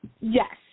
Yes